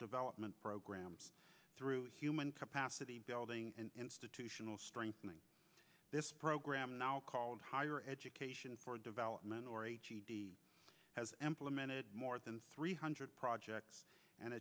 development programs through human capacity building institutional strengthening program now called higher education for development or has implemented more than three hundred projects and